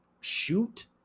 shoot